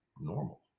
normal